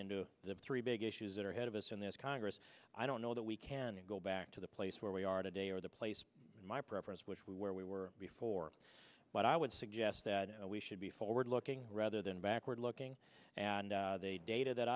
into the three big issues that are ahead of us in this congress i don't know that we can go back to the place where we are today or the place in my preference which we where we were before but i would suggest that we should be forward looking rather than backward looking and a data that